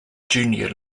junior